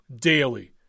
daily